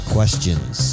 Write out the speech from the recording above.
Questions